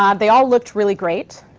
um they all looked really great,